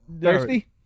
thirsty